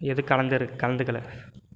எதுவும் கலந்திரு கலந்துக்கலை